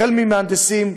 החל במהנדסים,